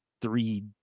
three